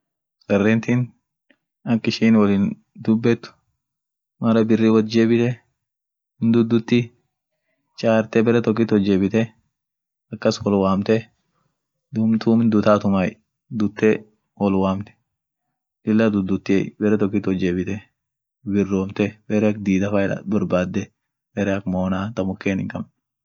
sarentin ak ishin wollin dubbet mara birri wot jebite hinduduti chaarte baretokit wot jebite akas wol waamte, duun tun dutatumay, dutte wol womt lilla dudutiey, baretokit wojebite, biromte, bare ak diida fa itat borbade, bare ak mona ta muken hinkabn.